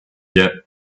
yet